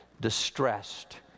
distressed